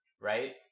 right